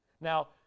Now